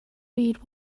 read